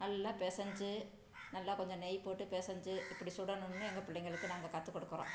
நல்லா பெசஞ்சு நல்லா கொஞ்சம் நெய் போட்டு பெசஞ்சு இப்படி சுடனுன்னு எங்கள் பிள்ளைகளுக்கு நாங்கள் கற்று கொடுக்குறோம்